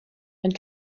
and